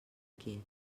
quiet